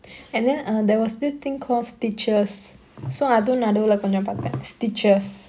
and then err there was this thing call stitchers so அதும் நடுல கொஞ்ச பாத்த:athum nadula konja paatha stitchers